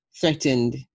threatened